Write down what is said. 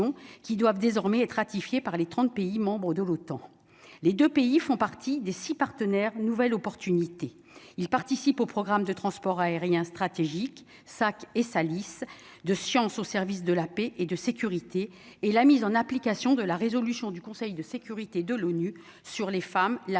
qui doivent désormais être ratifiée par les 30 pays membres de l'OTAN, les 2 pays font partie des 6 partenaires une nouvelle opportunité, il participe au programme de transport aérien stratégique sac et ça lisse de science au service de la paix et de sécurité et la mise en application de la résolution du Conseil de sécurité de l'ONU sur les femmes, la